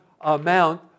amount